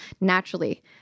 naturally